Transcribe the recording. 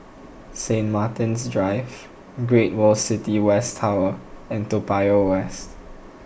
Saint Martin's Drive Great World City West Tower and Toa Payoh West